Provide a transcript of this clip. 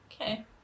Okay